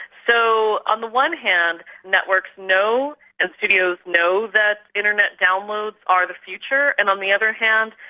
so on the one hand, networks know and studios know that internet downloads are the future, and on the other hand,